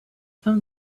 from